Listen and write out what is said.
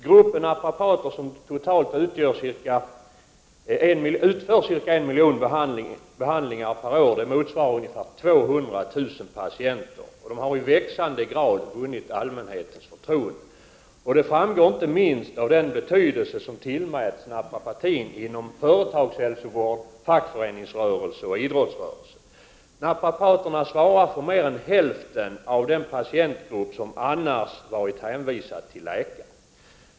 Gruppen naprapater — som totalt utför ca 1 miljon behandlingar per år, motsvarande ungefär 200 000 patienter — har i växande grad vunnit allmänhetens förtroende. Inte minst framgår det av den betydelse som tillmäts naprapatin inom företagshälsovård, fackföreningsrörelse och idrottsrörelse. Naprapaterna svarar för mer än hälften av den behandling som ges en patientgrupp som annars hade varit hänvisad till läkare.